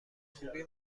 خوبی